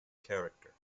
character